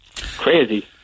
Crazy